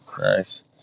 nice